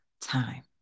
time